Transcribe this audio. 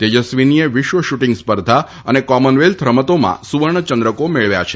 તેજસ્વીનીએ વિશ્વ શુટીંગ સ્પર્ધા અને કોમનવેલ્થ રમતોમાં સુવર્ણ ચંદ્રકો મેળવ્યાં છે